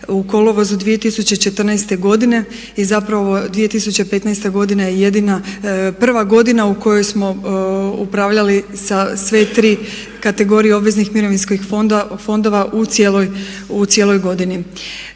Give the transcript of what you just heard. u kolovozu 2014. godine i zapravo 2015. godine je jedina prva godina u kojoj smo upravljali sa sve tri kategorije obveznih mirovinskih fondova u cijeloj godini.